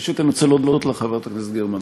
ראשית, אני רוצה להודות לך, חברת הכנסת גרמן.